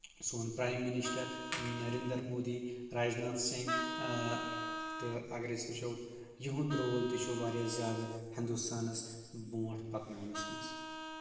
سون prime minister Narendra Modi Rajnath Singh تہٕ اَگر أسۍ وٕچھو یِہُنٛد رول تہِ چھُ واریاہ زیادٕ ہندوستانس برونٛٹھ پکناونس منٛز